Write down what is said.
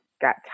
got